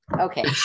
Okay